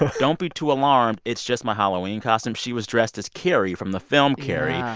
but don't be too alarmed. it's just my halloween costume. she was dressed as carrie from the film carrie. yeah.